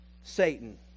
Satan